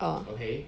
orh